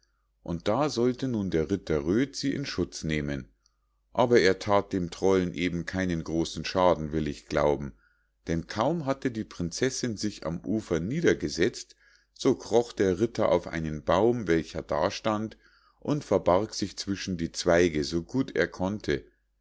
und da sollte nun der ritter röd sie in schutz nehmen aber er that dem trollen eben keinen großen schaden will ich glauben denn kaum hatte die prinzessinn sich am ufer niedergesetzt so kroch der ritter auf einen großen baum welcher da stand und verbarg sich zwischen die zweige so gut er konnte